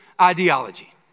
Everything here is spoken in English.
ideology